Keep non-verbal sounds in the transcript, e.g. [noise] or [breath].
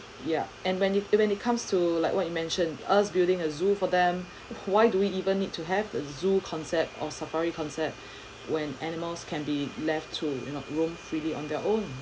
yeah and when it when it comes to like what you mentioned us building a zoo for them [breath] and why do we even need to have the zoo concept or safari concept [breath] when animals can be left to you know roam freely on their own